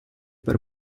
per